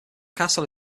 castle